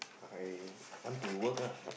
I want to work lah